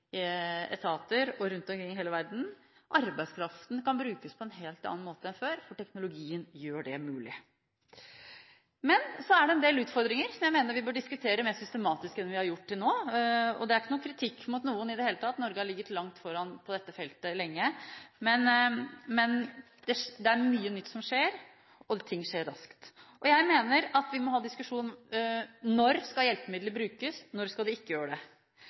offentlige etater, og rundt omkring i hele verden – arbeidskraften kan brukes på en helt annen måte enn før for teknologien gjør det mulig. Men så er det en del utfordringer som jeg mener vi bør diskutere mer systematisk enn vi har gjort til nå, og det er ikke noen kritikk mot noen i det hele tatt. Norge har ligget langt foran på dette feltet lenge, men det er mye nytt som skjer, og ting skjer raskt. Jeg mener at vi må ha en diskusjon om når hjelpemidlet skal brukes, og når det ikke skal brukes, hvordan håndtere dette med uro i klassen, når skal